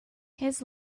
his